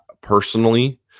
personally